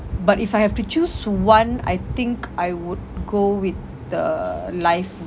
but if I have to choose one I think I would go with the life